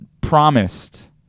promised